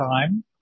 time